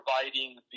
providing